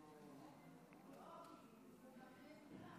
שלוש דקות